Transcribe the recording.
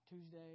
Tuesday